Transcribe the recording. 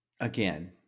Again